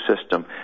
system